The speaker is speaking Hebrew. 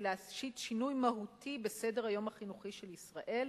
להשית שינוי מהותי בסדר-היום החינוכי של ישראל,